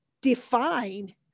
define